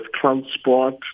Transport